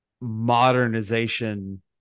modernization